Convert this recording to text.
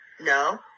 No